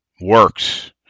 Works